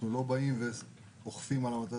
אנחנו לא אוכפים את עצמנו